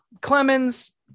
Clemens